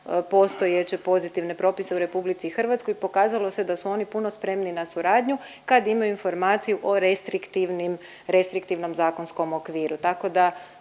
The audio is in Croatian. postojeće pozitivne propise u RH. Pokazalo se da su oni puno spremniji na suradnju kad imaju informaciju o restriktivnim, restriktivnom zakonskom okviru.